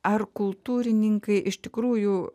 ar kultūrininkai iš tikrųjų